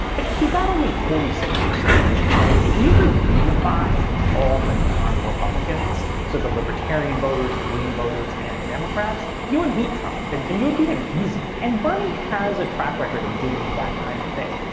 but he got only forty six percent. if you could unify all the non-republicans. so the libertarian voters the green voters and the democrats, you would beat trump and and you would beat him easily. and bernie has a track record of doing that kind of thing.